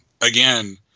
again